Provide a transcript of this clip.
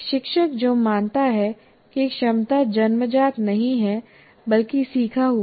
शिक्षक जो मानता है कि क्षमता जन्मजात नहीं है बल्कि सीखा हुआ है